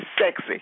sexy